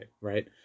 right